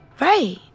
Right